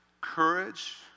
courage